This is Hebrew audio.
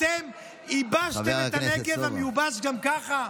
אתם ייבשתם את הנגב, המיובש גם ככה,